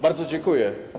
Bardzo dziękuję.